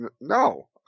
No